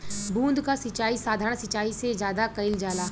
बूंद क सिचाई साधारण सिचाई से ज्यादा कईल जाला